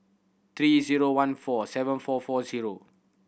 three zero one four seven four four zero